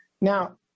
Now